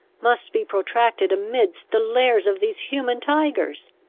must be protracted amidst the lairs of these human tigers?